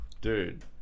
dude